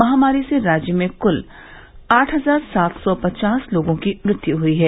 महामारी से राज्य में कुल आठ हजार सात सौ पचास लोगों की मृत्यू हुयी है